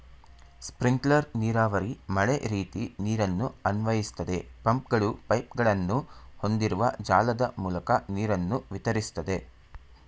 sprinkler ನೀರಾವರಿ ಮಳೆರೀತಿ ನೀರನ್ನು ಅನ್ವಯಿಸ್ತದೆ ಪಂಪ್ಗಳು ಪೈಪ್ಗಳನ್ನು ಹೊಂದಿರುವ ಜಾಲದ ಮೂಲಕ ನೀರನ್ನು ವಿತರಿಸ್ತದೆ